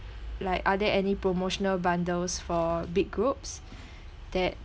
like are there any promotional bundles for big groups that